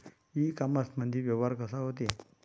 इ कामर्समंदी व्यवहार कसा होते?